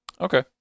Okay